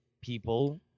people